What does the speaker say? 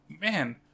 Man